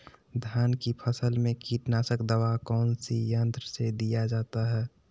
धान की फसल में कीटनाशक दवा कौन सी यंत्र से दिया जाता है?